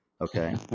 Okay